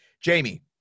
Jamie